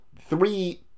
three